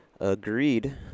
Agreed